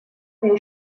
meu